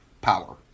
power